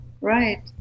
Right